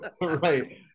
right